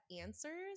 answers